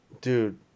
Dude